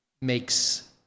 makes